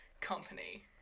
company